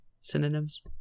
synonyms